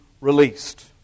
released